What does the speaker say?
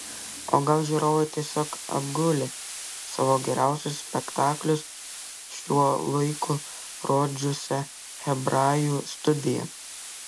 o gal žiūrovai tiesiog apgulė savo geriausius spektaklius šiuo laiku rodžiusią hebrajų studiją